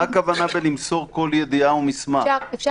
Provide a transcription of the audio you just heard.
אם אתם